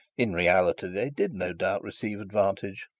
in reality they did no doubt receive advantage,